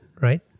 right